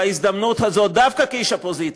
בהזדמנות הזו, דווקא כאיש אופוזיציה,